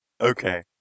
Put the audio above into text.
Okay